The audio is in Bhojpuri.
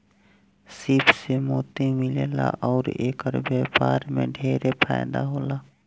सीप से मोती मिलेला अउर एकर व्यवसाय में ढेरे फायदा होला